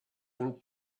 and